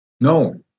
no